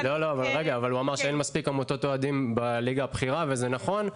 הוא אמר שאין מספיק עמותות אוהדים בליגה הבכירה וזה נכון,